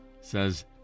says